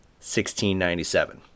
1697